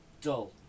dull